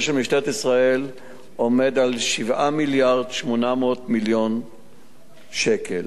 של משטרת ישראל הוא 7.8 מיליארד שקל,